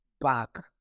back